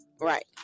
Right